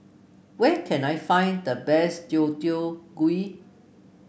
where can I find the best Deodeok Gui